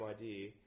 idea